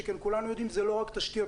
שכן כולנו יודעים שזה לא רק תשתיות.